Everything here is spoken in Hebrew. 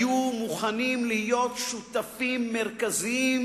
הציבור, היו מוכנים להיות שותפים מרכזיים